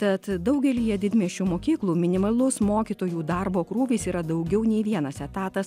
tad daugelyje didmiesčių mokyklų minimalus mokytojų darbo krūvis yra daugiau nei vienas etatas